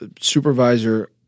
supervisor